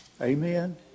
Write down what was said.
Amen